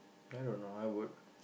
I don't know I would